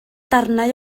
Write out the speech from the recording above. darnau